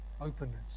openness